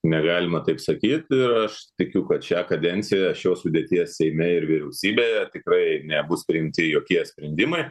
negalima taip sakyt ir aš tikiu kad šią kadenciją šios sudėties seime ir vyriausybėje tikrai nebus priimti jokie sprendimai